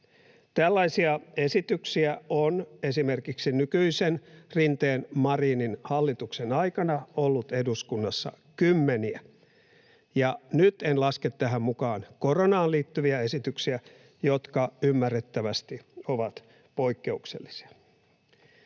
Tällaisia esityksiä on esimerkiksi nykyisen Rinteen—Marinin hallituksen aikana ollut eduskunnassa kymmeniä, ja nyt en laske tähän mukaan koronaan liittyviä esityksiä, jotka ymmärrettävästi ovat poikkeuksellisia.